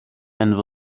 and